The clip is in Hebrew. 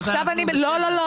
לא, לא.